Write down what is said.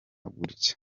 gutya